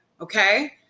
Okay